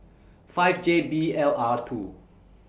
five J B L R two